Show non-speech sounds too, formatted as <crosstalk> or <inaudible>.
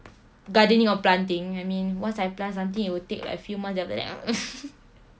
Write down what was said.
gardening or planting I mean once I plant something it will take a few months then after that <noise>